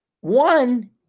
One